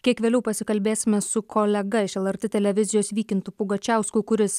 kiek vėliau pasikalbėsime su kolega iš lrt televizijos vykintu pugačiausku kuris